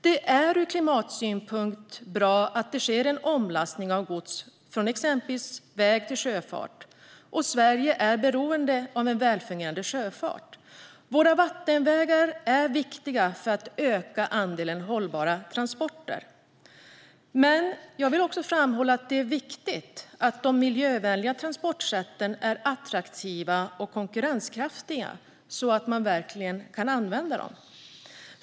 Det är ur klimatsynpunkt bra att det sker en omlastning av gods från exempelvis väg till sjöfart, och Sverige är beroende av en väl fungerande sjöfart. Våra vattenvägar är viktiga för att öka andelen hållbara transporter. Men jag vill också framhålla att det är viktigt att de miljövänliga transportsätten är attraktiva och konkurrenskraftiga så att man verkligen kan använda dem.